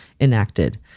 enacted